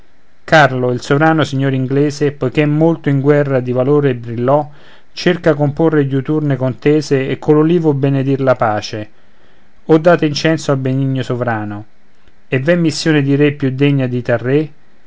carlo il sovrano signor inglese poiché molto in guerra di valore brillò cerca comporre diuturne contese e coll'olivo benedire la pace o date incenso al benigno sovrano e v'è missione di re più degna e di tal